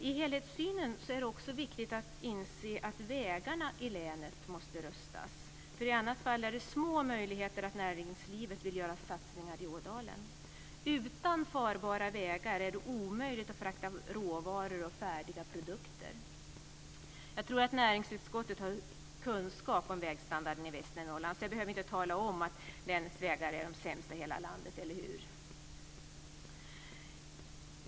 I helhetssynen ingår det också att vägarna i länet måste rustas. I annat fall är det små möjligheter att näringslivet vill göra satsningar i Ådalen. Utan farbara vägar är det omöjligt att frakta råvaror och färdiga produkter. Jag tror att näringsutskottet har kunskap om vägstandarden i Västernorrland, så jag behöver inte tala om att länets vägar är de sämsta i hela landet, eller hur?